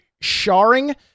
sharing